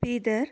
Bidar